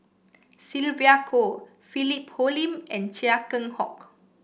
Sylvia Kho Philip Hoalim and Chia Keng Hock